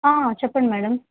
చెప్పండి మేడం